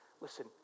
Listen